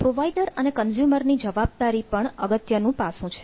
provider અને consumer ની જવાબદારી પણ અગત્યનું પાસું છે